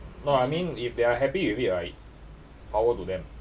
no I mean if they are happy with it right power to them